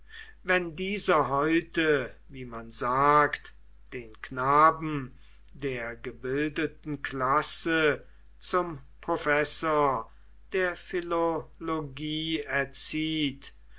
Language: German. wenn dieser heute wie man sagt den knaben der gebildeten klasse zum professor der philologie erzieht